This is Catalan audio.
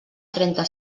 trenta